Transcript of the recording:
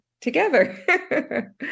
together